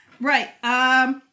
Right